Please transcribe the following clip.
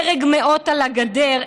הרג מאות על הגדר,